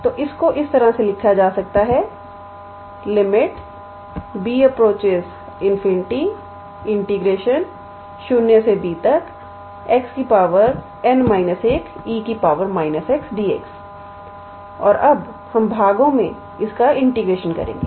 तो इसको इस तरह से लिखा जा सकता है B∞0B𝑥 𝑛−1𝑒 −𝑥𝑑𝑥 और अब हम भागों में इसका इंटीग्रेशन करेंगे